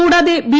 കൂടാതെ ബി